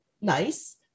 nice